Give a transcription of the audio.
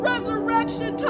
Resurrection